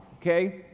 okay